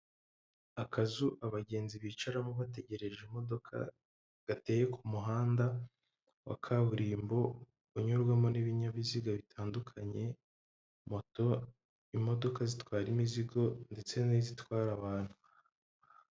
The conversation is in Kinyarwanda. Akazu abagenzi bicaramo bategereje imodoka, gateye ku muhanda wa kaburimbo, unyurwamo n'ibinyabiziga bitandukanye, moto, imodoka zitwara imizigo ndetse n'izitwara abantu.